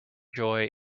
joy